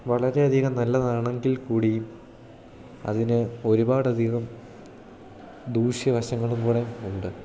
വളരെ അധികം നല്ലതാണെങ്കിൽ കൂടിയും അതിന് ഒരുപാടധികം ദൂഷ്യവശങ്ങളും കൂടെ ഉണ്ട്